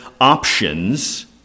options